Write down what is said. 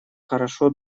хорошо